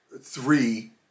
three